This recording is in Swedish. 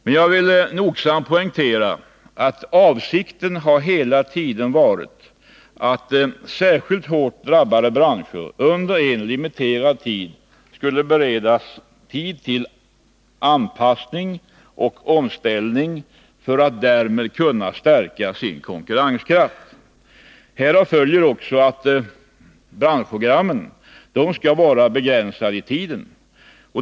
Men jag vill nogsamt poängtera att avsikten hela tiden har varit att särskilt hårt drabbade branscher under en limiterad tid skulle beredas tid till anpassning och omställning för att därmed kunna stärka sin konkurrenskraft. Härav följer att branschprogrammen skall vara begränsade i tiden.